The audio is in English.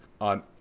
on